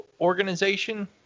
organization